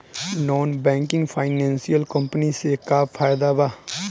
Non banking financial company से का फायदा बा?